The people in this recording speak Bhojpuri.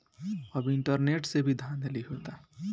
अब इंटरनेट से भी धांधली होता